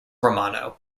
romano